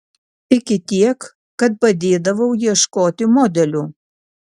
iki tiek kad padėdavau ieškoti modelių